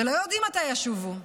ולא יודעים מתי ישובו.